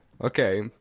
Okay